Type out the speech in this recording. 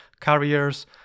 carriers